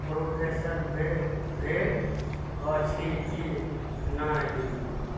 processor भे भेल अछि कि नहि